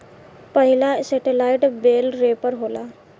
पहिला सेटेलाईट बेल रैपर होला